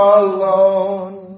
alone